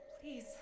Please